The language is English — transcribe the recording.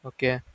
Okay